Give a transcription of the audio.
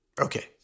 Okay